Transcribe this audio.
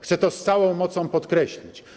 Chcę to z całą mocą podkreślić.